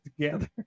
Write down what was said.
together